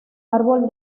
árbol